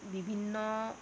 বিভিন্ন